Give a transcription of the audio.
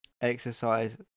exercise